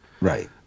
Right